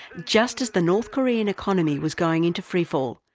just as the north korean economy was going into freefall.